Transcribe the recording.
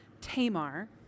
Tamar